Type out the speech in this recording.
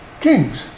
kings